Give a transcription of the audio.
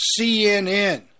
CNN